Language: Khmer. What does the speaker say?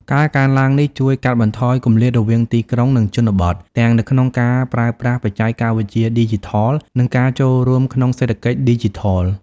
ការកើនឡើងនេះជួយកាត់បន្ថយគម្លាតរវាងទីក្រុង និងជនបទ ទាំងនៅក្នុងការប្រើប្រាស់បច្ចេកវិទ្យាឌីជីថល និងការចូលរួមក្នុងសេដ្ឋកិច្ចឌីជីថល។